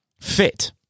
fit